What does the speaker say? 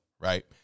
right